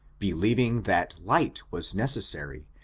believing that light was necessary,